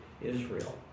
Israel